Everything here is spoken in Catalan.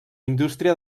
indústria